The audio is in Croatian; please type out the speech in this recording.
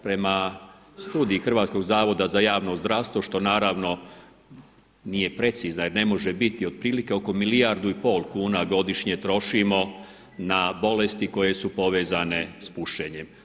Prema studiji Hrvatskog zavoda za javno zdravstvo što naravno nije precizna jer ne može biti, otprilike oko milijardu i pol kuna godišnje trošimo na bolesti koje su povezane s pušenjem.